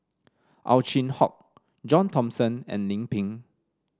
Ow Chin Hock John Thomson and Lim Pin